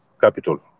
capital